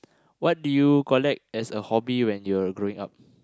what do you collect as a hobby when you were growing up